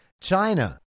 China